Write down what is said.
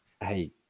hey